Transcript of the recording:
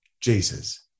Jesus